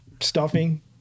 stuffing